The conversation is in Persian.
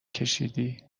کشیدی